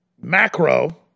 macro